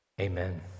Amen